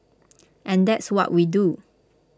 and that's what we do